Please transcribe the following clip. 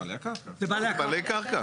בעלי קרקע.